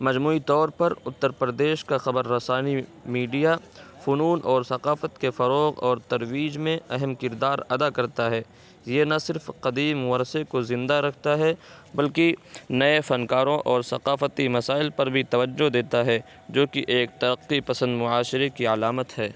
مجموعی طور پر اترپردیش کا خبر رسانی میڈیا فنون اور ثقافت کے فروغ اور ترویج میں اہم کردار ادا کرتا ہے یہ نہ صرف قدیم ورثے کو زندہ رکھتا ہے بلکہ نئے فنکاروں اور ثقافتی مسائل پر بھی توجہ دیتا ہے جو کہ ایک ترقی پسند معاشرے کی علامت ہے